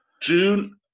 June